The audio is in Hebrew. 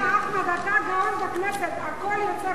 בשל האטה ממהירות הנסיעה המותרת), התשע"א